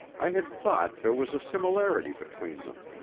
i had thought there was a similarity between them.